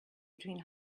between